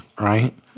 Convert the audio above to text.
right